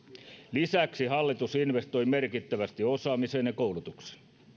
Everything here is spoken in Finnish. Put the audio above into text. lisäksi hallitus investoi merkittävästi osaamiseen ja koulutukseen